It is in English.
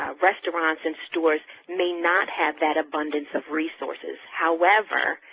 ah restaurants and stores may not have that abundance of resources. however,